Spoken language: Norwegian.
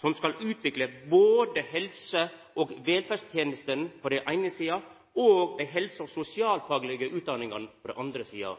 som skal utvikla både helse- og velferdstenestene på den eine sida og dei helse- og sosialfaglege utdanningane på den andre sida.